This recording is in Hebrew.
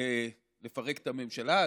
לפרק את הממשלה?